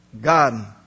God